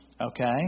Okay